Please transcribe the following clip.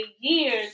years